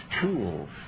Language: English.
tools